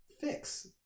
fix